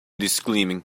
disclaiming